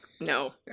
no